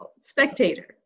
Spectator